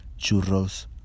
Churros